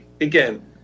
Again